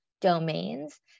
domains